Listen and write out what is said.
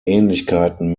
ähnlichkeiten